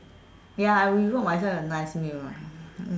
ya I will cook myself a nice meal